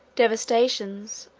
devastations,